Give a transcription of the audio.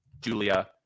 Julia